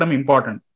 important